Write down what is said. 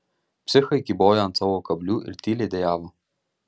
psichai kybojo ant savo kablių ir tyliai dejavo